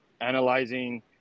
analyzing